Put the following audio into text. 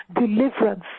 deliverance